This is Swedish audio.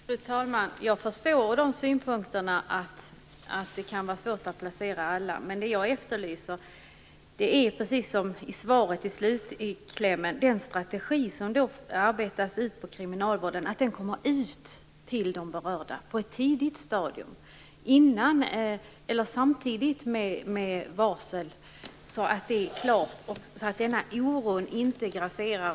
Fru talman! Jag förstår de synpunkterna. Det kan vara svårt att placera alla. Det jag efterlyser är att den strategi som utarbetas inom kriminalvården kommer ut till de berörda på ett tidigt stadium, samtidigt med varseln, så att det blir klart. Det är precis det som sägs i slutklämmen i svaret.